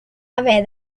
haver